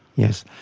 yes.